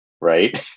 right